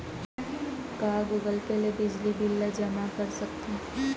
का Google Pay ले बिजली बिल ल जेमा कर सकथन?